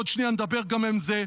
עוד שנייה נדבר גם על זה.